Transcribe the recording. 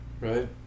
Right